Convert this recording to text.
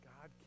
God